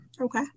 Okay